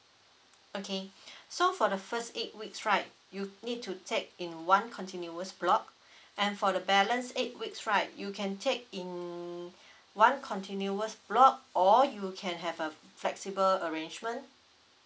okay so for the first eight weeks right you need to take in one continuous block and for the balance eight weeks right you can take in one continuous block or you can have a flexible arrangement